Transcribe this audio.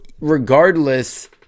regardless